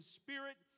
spirit